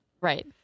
Right